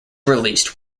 released